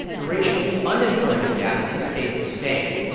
the racial unemployment gap has stayed the same.